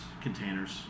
containers